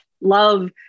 love